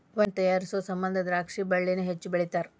wine ತಯಾರಿಸು ಸಮಂದ ದ್ರಾಕ್ಷಿ ಬಳ್ಳಿನ ಹೆಚ್ಚು ಬೆಳಿತಾರ